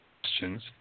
questions